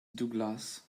douglas